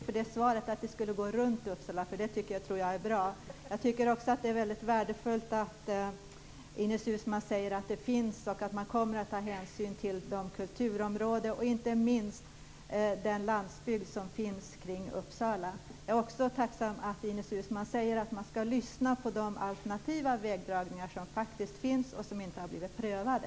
Fru talman! Jag tackar så mycket för svaret att vägen skall gå runt Uppsala. Det tror jag är bra. Jag tycker också att det är väldigt värdefullt att Ines Uusmann säger att man kommer att ta hänsyn till de kulturområden och inte minst den landsbygd som finns kring Uppsala. Jag är också tacksam för att Ines Uusmann säger att man skall lyssna till de förslag om alternativa vägdragningar som faktiskt finns och som inte har blivit prövade.